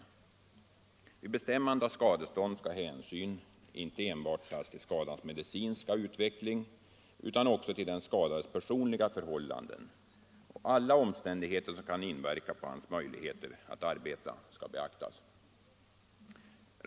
Vid bestämmande av skadestånd skall hänsyn tas inte enbart till skadans medicinska utveckling utan också till den skadades personliga förhållanden, och alla omständigheter som kan inverka på hans möjligheter att arbeta skall beaktas.